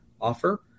offer